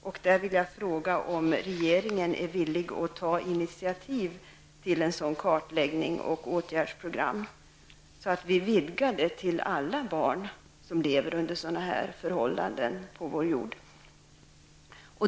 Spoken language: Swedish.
Jag vill fråga om regeringen är villig att ta ett initiativ till en sådan kartläggning och ett sådant åtgärdsprogram, vilket innebär att uppgiften vidgas till att avse alla barn som lever under sådana här förhållanden på vår jord.